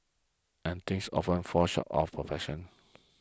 and things often fall short of perfection